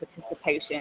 participation